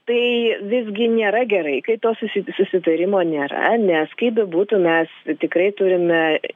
tai visgi nėra gerai kai to susi susitarimo nėra nes kaip bebūtų mes tikrai turime